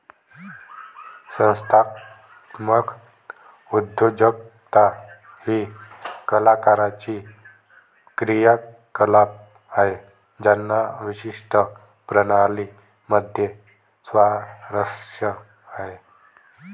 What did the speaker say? संस्थात्मक उद्योजकता ही कलाकारांची क्रियाकलाप आहे ज्यांना विशिष्ट प्रणाली मध्ये स्वारस्य आहे